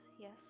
yes